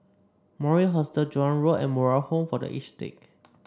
Mori Hostel Joan Road and Moral Home for The Aged Sick